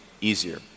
easier